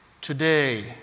today